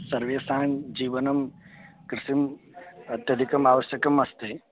सर्वेषां जीवनं कृषिः अत्यधिकं आवश्यकम् अस्ति